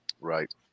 right